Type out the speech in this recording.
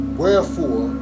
wherefore